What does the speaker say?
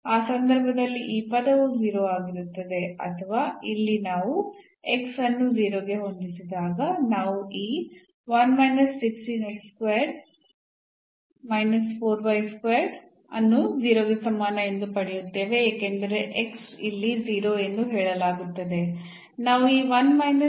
ಆ ಸಂದರ್ಭದಲ್ಲಿ ಈ ಪದವು 0 ಆಗಿರುತ್ತದೆ ಅಥವಾ ಇಲ್ಲಿ ನಾವು x ಅನ್ನು 0 ಗೆ ಹೊಂದಿಸಿದಾಗ ನಾವು ಈ ಅನ್ನು 0 ಗೆ ಸಮಾನ ಎಂದು ಪಡೆಯುತ್ತೇವೆ ಏಕೆಂದರೆ ಇಲ್ಲಿ 0 ಎಂದು ಹೇಳಲಾಗುತ್ತದೆ